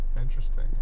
Interesting